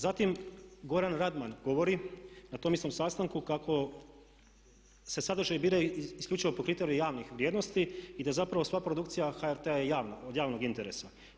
Zatim Goran Radman govori na tom istom sastanku kako se sadržaji biraju isključivo po kriteriju javnih vrijednosti i da zapravo sva produkcija HRT-a je od javnog interesa.